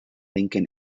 lincoln